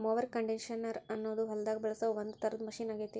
mower conditioner ಅನ್ನೋದು ಹೊಲದಾಗ ಬಳಸೋ ಒಂದ್ ತರದ ಮಷೇನ್ ಆಗೇತಿ